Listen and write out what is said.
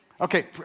Okay